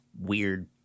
weird